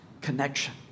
connection